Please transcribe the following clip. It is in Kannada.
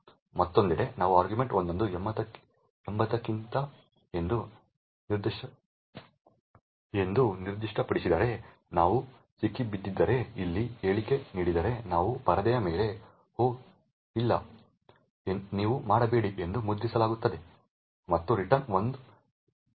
ಮತ್ತೊಂದೆಡೆ ನೀವು argv1 ಅನ್ನು 80 ಎಂದು ನಿರ್ದಿಷ್ಟಪಡಿಸಿದರೆ ಅದು ಸಿಕ್ಕಿಬಿದ್ದಿದ್ದರೆ ಇಲ್ಲಿ ಹೇಳಿಕೆ ನೀಡಿದರೆ ನಾವು ಪರದೆಯ ಮೇಲೆ ಓಹ್ ಇಲ್ಲ ನೀವು ಮಾಡಬೇಡಿ ಎಂದು ಮುದ್ರಿಸಲಾಗುತ್ತದೆ ಮತ್ತು ರಿಟರ್ನ್ 1 ಇರುತ್ತದೆ